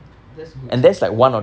that's good sia